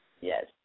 Yes